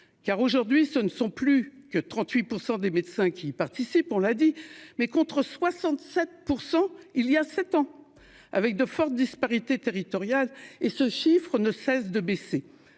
car aujourd'hui ce ne sont plus que 38% des médecins qui participent. On l'a dit, mais contre 67% il y a 7 ans avec de fortes disparités territoriales et ce chiffre ne cesse de baisser.